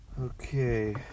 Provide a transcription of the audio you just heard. Okay